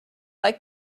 like